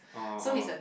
oh oh